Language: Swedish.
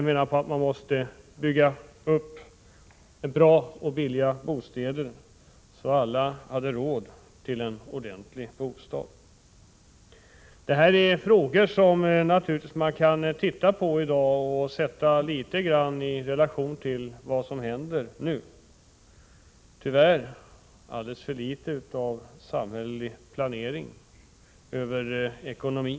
Det sades att man måste bygga upp bra och billiga bostäder, så att alla hade råd till en ordentlig bostad. Detta är frågor som man naturligtvis kan titta på och sätta i relation till vad som händer i dag: Tyvärr är det alldeles för litet av samhällelig planering av ekonomin.